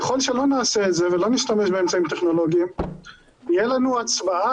ככל שלא נעשה את זה ולא נשתמש באמצעים טכנולוגיים תהיה לנו הצבעה